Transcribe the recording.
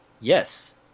Yes